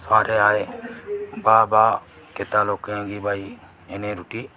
सारे आए बाह् बाह् कीता लोकें गी भाई एह् जेही रुट्टी